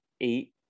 eight